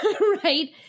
right